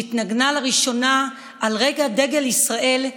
שהתנגנה לראשונה על רקע דגל ישראל,